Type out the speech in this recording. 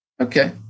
okay